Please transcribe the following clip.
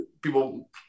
people